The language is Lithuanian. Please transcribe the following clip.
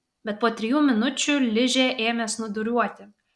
bet po trijų minučių ližė ėmė snūduriuoti